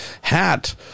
hat